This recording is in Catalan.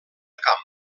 camp